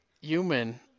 human